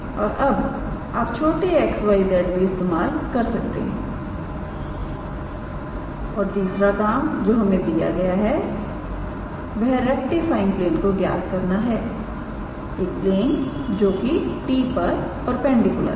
और अब आप छोटे x y z भी इस्तेमाल कर सकते हैं और तीसरा काम जो हमें दिया गया है वह रेक्टिफाइंग प्लेन को ज्ञात करना एक प्लेन जो के 𝑡̂ पर परपेंडिकुलर है